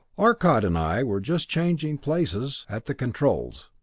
arcot and i were just changing places at the controls.